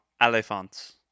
elephants